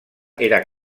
era